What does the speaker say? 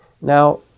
Now